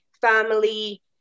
family